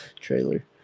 trailer